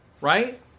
Right